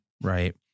Right